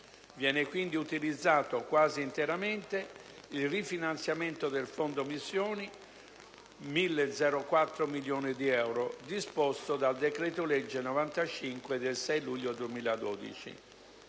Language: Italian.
Viene quindi utilizzato quasi interamente il rifinanziamento del fondo missioni (1.004 milioni di euro) disposto dal decreto-legge n. 95 del 6 luglio 2012.